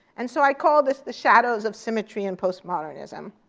and so i call this the shadows of symmetry and postmodernism.